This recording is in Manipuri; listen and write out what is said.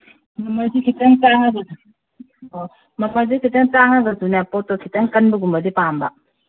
ꯃꯃꯟꯁꯤ ꯈꯤꯇꯪ ꯃꯃꯟꯁꯤ ꯈꯤꯇꯪ ꯇꯥꯡꯉꯒꯁꯨ ꯄꯣꯠꯇꯨ ꯈꯤꯇꯪ ꯀꯟꯕꯒꯨꯝꯕꯗꯤ ꯄꯥꯝꯕ